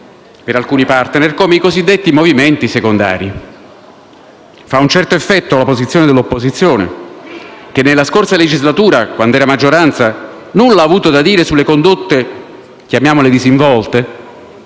per alcuni *partner* come i cosiddetti movimenti secondari. Fa un certo effetto la posizione dell'opposizione che nella scorsa legislatura, quando era maggioranza, nulla ha avuto da dire sulle condotte - chiamiamole disinvolte